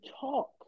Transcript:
talk